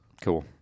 cool